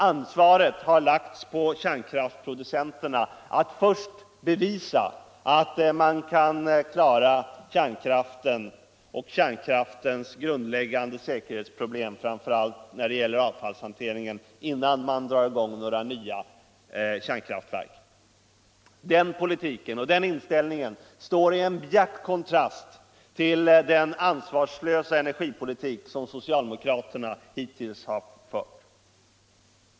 Ansvaret har lagts på kärnkraftsproducenterna att — innan de driver i gång nya kärnkraftverk — bevisa att de kan klara kärnkraften och dess grundläggande säkerhetsproblem, framför allt när det gäller avfallshantering. Den politiken och den inställningen står i bjärt kontrast till den ansvarslösa energipolitik som socialdemokraterna hivills har fört.